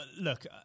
look